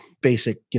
basic